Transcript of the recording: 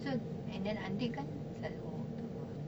so and then andir selalu kan tu